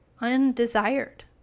undesired